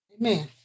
Amen